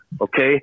Okay